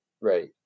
right